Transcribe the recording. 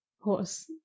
horse